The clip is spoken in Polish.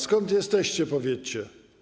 Skąd jesteście, powiedzcie.